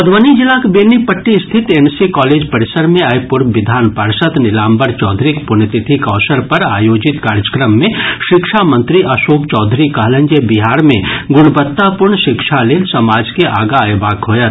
मध्रबनी जिलाक बेनीपट्टी स्थित N C college परिसर मे आइ पूर्व विधान पार्षद नीलाम्बर चौधरीक पुण्यतिथिक अवसर पर आयोजित कार्यक्रम मे शिक्षा मंत्री अशोक चौधरी कहलनि जे बिहार मे गुणवत्तापूर्ण शिक्षा लेल समाज के आगां अयबाक होयत